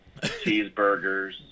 cheeseburgers